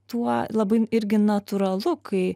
tuo labai irgi natūralu kai